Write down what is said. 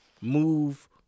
move